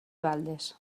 baldes